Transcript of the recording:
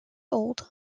old